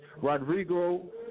Rodrigo